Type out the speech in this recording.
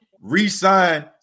re-sign